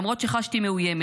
למרות שחשתי מאוימת,